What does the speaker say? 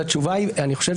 אני אומרת